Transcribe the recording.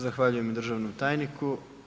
Zahvaljujem državnom tajniku.